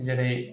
जेरै